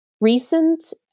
recent